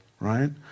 right